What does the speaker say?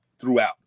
throughout